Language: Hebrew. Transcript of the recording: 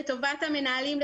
לטובת המנהלים,